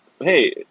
hey